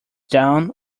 down